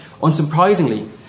Unsurprisingly